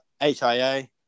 HIA